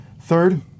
Third